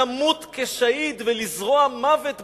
למות כשהיד ולזרוע מוות בעולם,